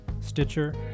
Stitcher